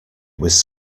was